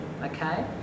Okay